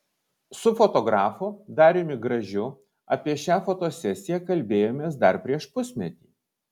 su fotografu dariumi gražiu apie šią fotosesiją kalbėjomės dar prieš pusmetį